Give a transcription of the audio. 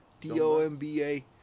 D-O-M-B-A